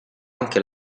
anche